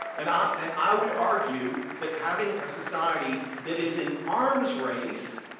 and i and i would argue that having a society that is an arms race,